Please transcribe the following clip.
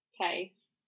case